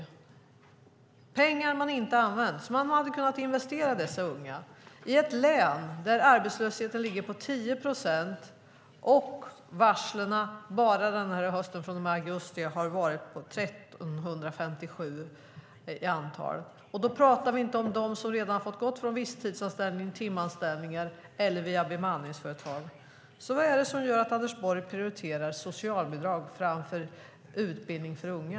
Det är pengar man inte har använt och som man hade kunnat investera i dessa unga i ett län där arbetslösheten ligger på 10 procent och varslen bara denna höst, från och med augusti, har varit 1 357 i antal. Då talar vi inte om dem som redan har fått gå från visstidsanställningar, timanställningar eller bemanningsföretag. Vad är det som gör att Anders Borg prioriterar socialbidrag framför utbildning för unga?